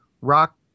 rock